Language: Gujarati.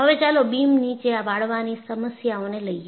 હવે ચાલો બીમ નીચે વાળવાની સમસ્યાઓને લઈએ